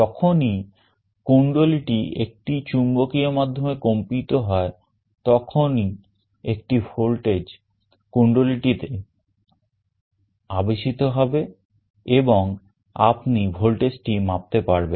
যখনই কুণ্ডলী টি এবং আপনি ভোল্টেজটি মাপতে পারবেন